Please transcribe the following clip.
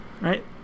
Right